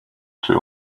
too